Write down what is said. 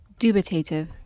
Dubitative